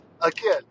Again